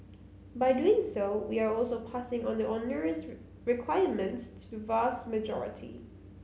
by doing so we are also passing on the onerous requirements to the vast majority